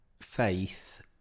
faith